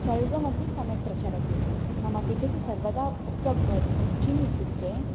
सर्वमपि सम्यक् प्रचलति मम पितुः सर्वदा उक्तः भवति किम् इत्युक्ते